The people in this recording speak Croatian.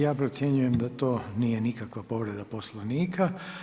Ja procjenjujem da to nije nikakva povreda poslovnika.